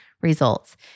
results